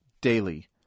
daily